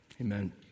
Amen